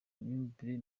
myumvire